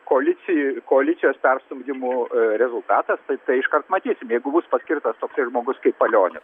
koalici koalicijos perstumdymų rezultatas tai tai iškart matysim jeigu bus paskirtas toksai žmogus kaip palionis